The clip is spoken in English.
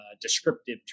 descriptive